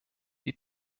die